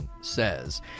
says